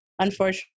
unfortunately